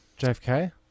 JFK